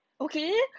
Okay